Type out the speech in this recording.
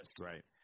Right